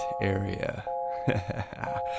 area